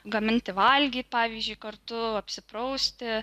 gaminti valgyt pavyzdžiui kartu apsiprausti